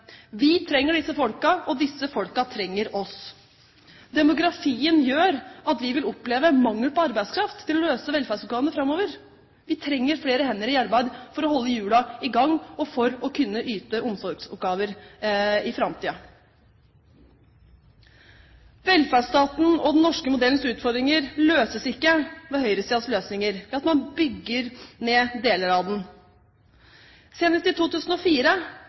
Vi trenger disse folkene, og disse folkene trenger oss. Demografien gjør at vi vil oppleve mangel på arbeidskraft for å løse velferdsoppgavene framover. Vi trenger flere hender i arbeid for å holde hjulene i gang, og for å kunne løse omsorgsoppgaver i framtiden. Velferdsstatens og den norske modellens utfordringer møtes ikke ved høyresidens løsninger – ved at man bygger ned deler av den. Senest i 2004